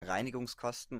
reinigungskosten